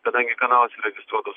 kadangi kanalas įregistruotas